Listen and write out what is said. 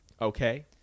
Okay